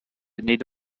n’est